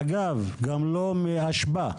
אגב, גם לא מאשפה.